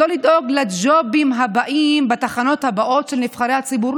לא לדאוג לג'ובים הבאים בתחנות הבאות של נבחרי הציבור.